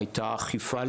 הייתה אכיפה,